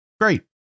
Great